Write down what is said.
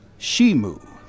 Shimu